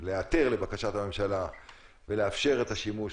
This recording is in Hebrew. החלטת הממשלה ולהיעתר לבקשת הממשלה לאפשר את השימוש